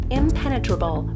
impenetrable